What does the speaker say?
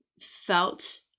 felt